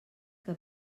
que